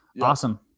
awesome